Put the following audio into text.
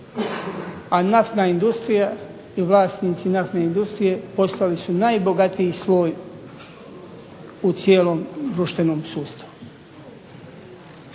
a naftna industrija i vlasnici naftne industrije postali su najbogatiji sloj u cijelom društvenom sustavu.